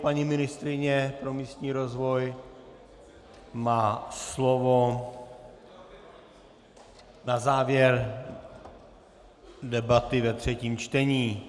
Paní ministryně pro místní rozvoj má slovo na závěr debaty ve třetím čtení.